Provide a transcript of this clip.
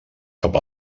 cap